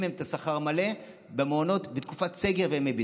מהם את השכר המלא במעונות בתקופת סגר וימי בידוד.